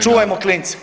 Čuvajmo klince.